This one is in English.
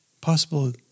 Possible